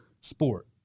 sport